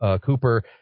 Cooper